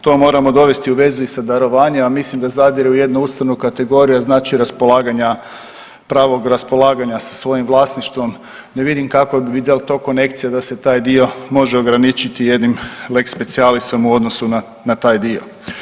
To moramo dovesti u vezu i sa darovanjem, a mislim da zadire u jednu ustavnu kategoriju, a znači raspolaganja pravog raspolaganja sa svojim vlasništvom ne vidim kakva bi … konekcija da se taj dio može ograničiti jednim lex spcialisom u odnosu na taj dio.